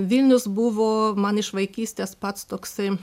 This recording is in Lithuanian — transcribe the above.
vilnius buvo man iš vaikystės pats toksai